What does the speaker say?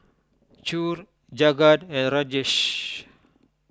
Choor Jagat and Rajesh